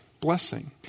blessing